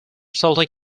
celtic